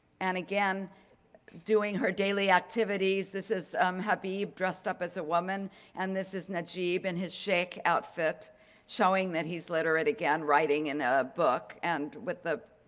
and again doing her daily activities. this is habeeb dressed up as a woman and this is najeeb and his sheikh outfit showing that he's literate again, writing in a book and with the,